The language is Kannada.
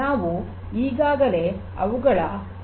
ನಾವು ಈಗಾಗಲೇ ಅವುಗಳಲ್ಲಿ ಕೆಲವನ್ನು ನೋಡಿದ್ದೇವೆ